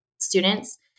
students